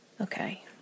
Okay